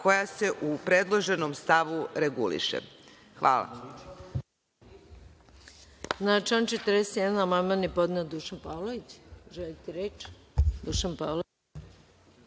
koja se u predloženom stavu reguliše. Hvala.